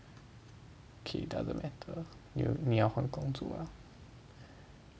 okay doesn't matter 你要换工作了